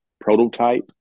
prototype